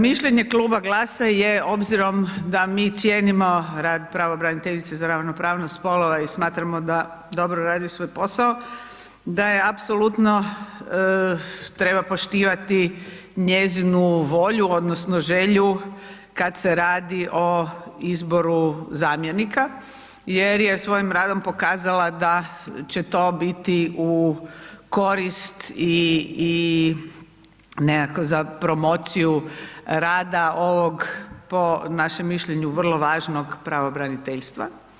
Mišljenje Kluba GLAS-a je, obzirom da mi cijenimo rad pravobraniteljice za ravnopravnost spolova i smatramo da dobro radi svoj posao, da je apsolutno, treba poštovati njezinu volju odnosno želju kad se radi o izboru zamjenika, jer je svojim radom pokazala da će to biti u korist i nekako za promociju rada ovog, po našem mišljenju, vrlo važnog pravobraniteljstva.